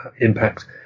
impact